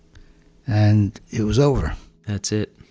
and it was over that's it,